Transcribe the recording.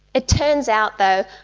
it turns out though,